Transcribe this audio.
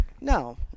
No